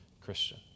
Christian